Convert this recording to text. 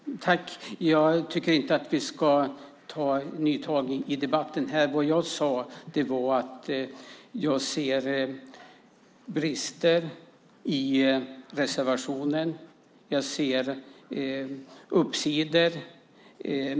Herr talman! Jag tycker inte att vi ska ta nya tag i debatten här. Vad jag sade var att jag ser brister i reservationen. Jag ser uppsidor.